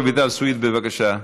רויטל סויד, בבקשה.